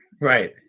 Right